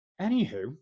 anywho